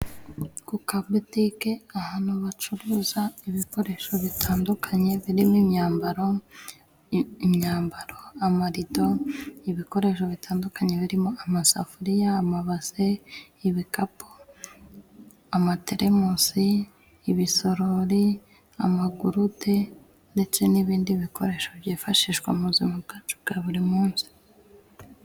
Ku kabutike ahantu bacuruza ibikoresho bitandukanye birimo:imyambaro, imyambaro, amarido, ibikoresho bitandukanye birimo:amasafuriya, amabase, ibikapu, amateremusi, ibisorori, amagurude, ndetse n'ibindi bikoresho byifashishwa mu buzima bwacu bwa buri munsi.